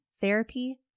therapy